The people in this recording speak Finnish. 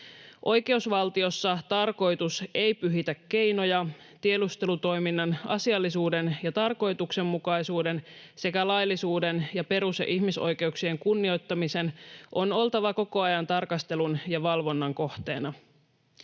Oikeusvaltiossa tarkoitus ei pyhitä keinoja. Tiedustelutoiminnan asiallisuuden ja tarkoituksenmukaisuuden sekä laillisuuden ja perus‑ ja ihmisoikeuksien kunnioittamisen on oltava koko ajan tarkastelun ja valvonnan kohteena.